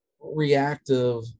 reactive